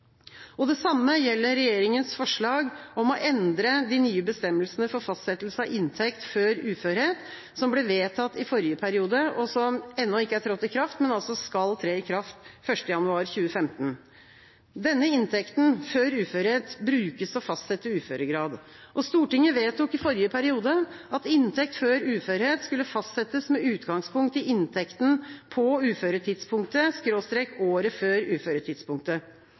Fremskrittspartiet. Det samme gjelder regjeringas forslag om å endre de nye bestemmelsene for fastsettelse av inntekt før uførhet, som ble vedtatt i forrige periode og som ennå ikke er trådt i kraft, men som altså skal tre i kraft 1. januar 2015. Denne inntekten – før uførhet – brukes til å fastsette uføregrad. Stortinget vedtok i forrige periode at inntekt før uførhet skulle fastsettes med utgangspunkt i inntekten på uføretidspunktet/året før uføretidspunktet.